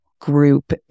group